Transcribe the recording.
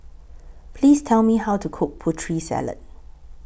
Please Tell Me How to Cook Putri Salad